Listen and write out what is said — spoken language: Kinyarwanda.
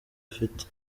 afite